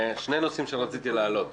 שני נושאים רציתי להעלות: